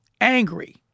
angry